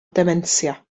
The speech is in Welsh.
dementia